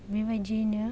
बेबायदियैनो